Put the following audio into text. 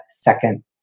second